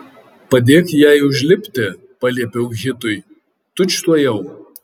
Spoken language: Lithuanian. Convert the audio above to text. padėk jai užlipti paliepiau hitui tučtuojau